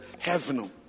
heaven